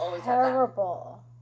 terrible